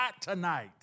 tonight